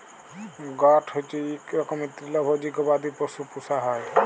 goat হচ্যে ইক রকমের তৃলভজী গবাদি পশু পূষা হ্যয়